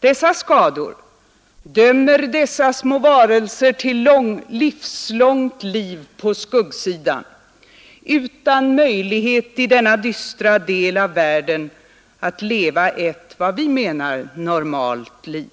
Dessa skador dömer dessa små varelser till livslångt liv på skuggsidan, utan möjlighet i denna dystra del av världen att leva ett vad vi menar normalt liv.